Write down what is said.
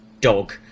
dog